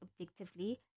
objectively